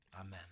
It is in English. Amen